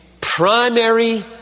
primary